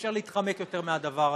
אי-אפשר להתחמק יותר מהדבר הזה,